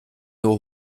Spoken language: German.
nur